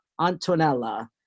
Antonella